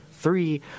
Three